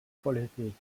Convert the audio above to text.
polític